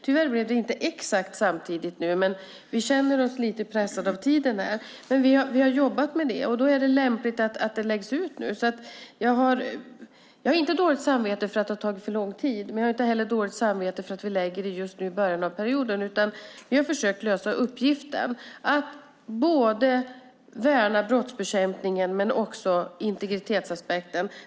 Tyvärr blev det inte exakt samtidigt, men vi känner oss lite pressade av tiden. Vi har jobbat med detta, och då är det lämpligt att det nu läggs fram. Jag har inte dåligt samvete för att det har tagit för lång tid, och jag har inte heller dåligt samvete för att vi lägger fram det just nu i början av perioden. Vi har försökt lösa uppgiften att värna både brottsbekämpningen och integritetsaspekten.